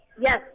Yes